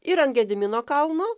ir ant gedimino kalno